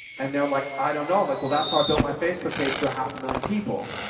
and they're like, i don't know. i'm like, well, that's how i built my facebook page to a half a million people.